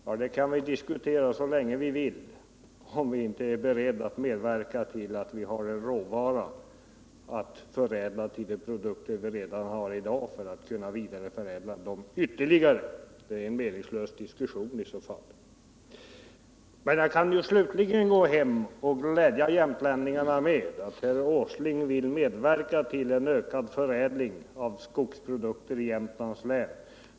Men det blir en meningslös diskussion så länge vi inte är beredda att medverka till att vi haren råvara att förädla till de produkter som vi redan hari dag, för att därefter kunna vidareförädla ytterligare. Jag kan ju gå hem och glädja jämtlänningarna med att herr Åsling ville medverka till en ökad förädling av skogsprodukter i Jämtlands län.